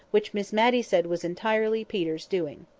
which miss matty said was entirely peter's doing.